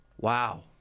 Wow